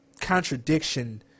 contradiction